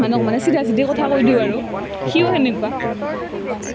মানুহক মানে চিধা চিধি কথা কৈ দিওঁ আৰু সিও সেনেকুৱা